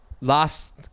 last